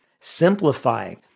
simplifying